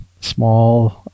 small